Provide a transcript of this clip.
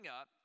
up